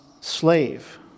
slave